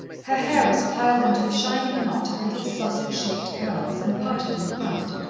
her hair was piled into a shining knot of little, sausage-shaped curls, and parted in front.